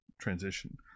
transition